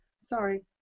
sorry